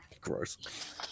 Gross